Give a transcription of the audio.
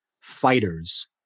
fighters